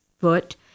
foot